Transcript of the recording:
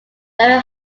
very